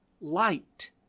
light